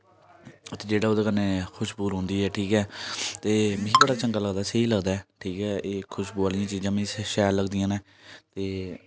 ते जेह्ड़ा ओह्दे कन्नै खुशबू रौंह्दी ऐ ठीक ऐ ते में बड़ा चंगा लगदा स्हेई लगदा ऐ ठीक ऐ इक खुशबू आह्ली चीजां मिगी शैल लगदियां न ते